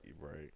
Right